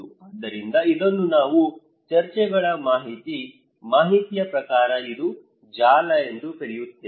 ಆದ್ದರಿಂದ ಇದನ್ನು ನಾವು ಚರ್ಚೆಗಳ ಮಾಹಿತಿ ಮಾಹಿತಿಯ ಪ್ರಕಾರ ಮತ್ತು ಜಾಲ ಎಂದು ಕರೆಯುತ್ತೇವೆ